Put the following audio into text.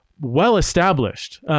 well-established